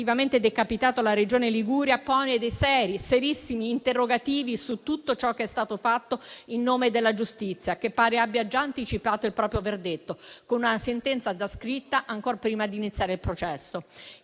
preventivamente decapitato la Regione Liguria pone dei seri, serissimi interrogativi su tutto ciò che è stato fatto in nome della giustizia, che pare abbia già anticipato il proprio verdetto, con una sentenza già scritta ancor prima di iniziare il processo,